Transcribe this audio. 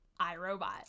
iRobot